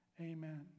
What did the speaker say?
Amen